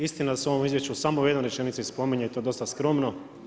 Istina da se u ovom izvješću u samo u jednoj rečenici spominje i to dosta skromno.